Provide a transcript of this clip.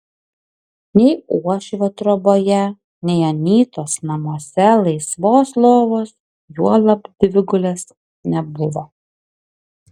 nei uošvio troboje nei anytos namuose laisvos lovos juolab dvigulės nebuvo